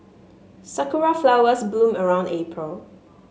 sakura flowers bloom around April